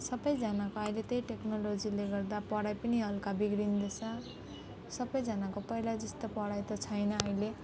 सबैजनाको अहिले त्यही टेक्नोलोजीले गर्दा पढाइ पनि हल्का बिग्रिँदैछ सबैजनाको पहिला जस्तो पढाइ त छैन अहिले